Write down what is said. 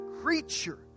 creature